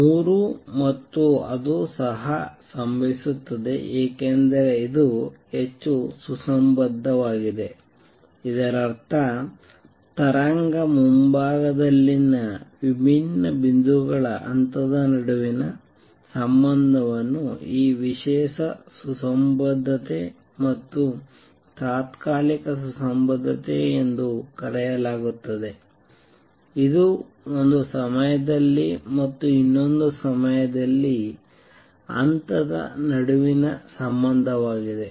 ಮೂರು ಮತ್ತು ಅದು ಸಹ ಸಂಭವಿಸುತ್ತದೆ ಏಕೆಂದರೆ ಇದು ಹೆಚ್ಚು ಸುಸಂಬದ್ಧವಾಗಿದೆ ಇದರರ್ಥ ತರಂಗ ಮುಂಭಾಗದಲ್ಲಿನ ವಿಭಿನ್ನ ಬಿಂದುಗಳ ಹಂತದ ನಡುವಿನ ಸಂಬಂಧವನ್ನು ಈ ವಿಶೇಷ ಸುಸಂಬದ್ಧತೆ ಮತ್ತು ತಾತ್ಕಾಲಿಕ ಸುಸಂಬದ್ಧತೆ ಎಂದು ಕರೆಯಲಾಗುತ್ತದೆ ಇದು ಒಂದು ಸಮಯದಲ್ಲಿ ಮತ್ತು ಇನ್ನೊಂದು ಸಮಯದಲ್ಲಿ ಹಂತದ ನಡುವಿನ ಸಂಬಂಧವಾಗಿದೆ